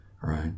right